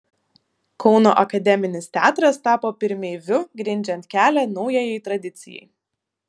kauno akademinis teatras tapo pirmeiviu grindžiant kelią naujajai tradicijai